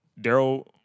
Daryl